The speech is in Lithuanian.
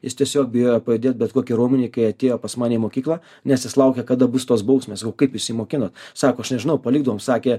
jis tiesiog bijojo pajudėt bet kokį raumenį kai atėjo pas mane į mokyklą nes jis laukė kada bus tos bausmės sakau kaip jūs jį mokinot sako aš nežinau palikdavom sakė